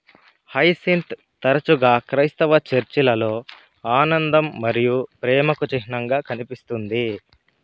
hyacinth తరచుగా క్రైస్తవ చర్చిలలో ఆనందం మరియు ప్రేమకు చిహ్నంగా కనిపిస్తుంది